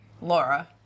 Laura